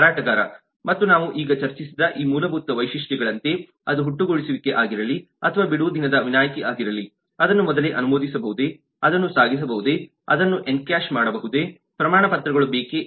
ಮಾರಾಟಗಾರ ಮತ್ತು ನಾವು ಈಗ ಚರ್ಚಿಸಿದ ಈ ಮೂಲಭೂತ ವೈಶಿಷ್ಟ್ಯಗಳಂತೆ ಅದು ಹುಟ್ಟು ಗೂಡಿಸುವಿಕೆ ಆಗಿರಲಿ ಅಥವಾ ಬಿಡುವುದಿನದ ವಿನಾಯಿತಿ ಆಗಿರಲಿ ಅದನ್ನು ಮೊದಲೇ ಅನುಮೋದಿಸಬಹುದೇ ಅದನ್ನು ಸಾಗಿಸಬಹುದೇ ಅದನ್ನು ಎನ್ಕ್ಯಾಶ್ ಮಾಡಬಹುದೇ ಪ್ರಮಾಣಪತ್ರಗಳು ಬೇಕೇ ಎಂದು